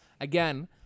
Again